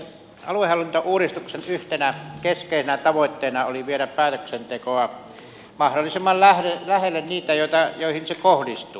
aluehallintouudistuksen yhtenä keskeisenä tavoitteena oli viedä päätöksentekoa mahdollisimman lähelle niitä joihin se kohdistuu